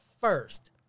first